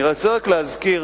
אני רוצה רק להזכיר